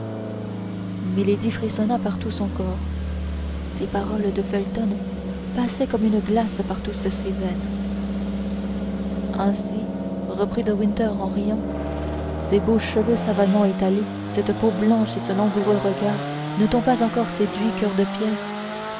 frissonna par tout son corps ces paroles de felton passaient comme une glace par toutes ses veines ainsi reprit de winter en riant ces beaux cheveux savamment étalés cette peau blanche et ce langoureux regard ne t'ont pas encore séduit coeur de pierre